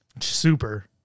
Super